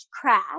crash